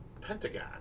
Pentagon